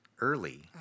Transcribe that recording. early